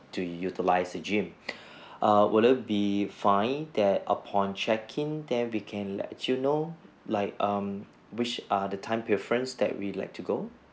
to utilize a gym err will it be fine that upon check in then we can let you know like um which err the time preference that we'd like to go